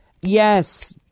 Yes